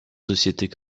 sociétés